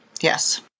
Yes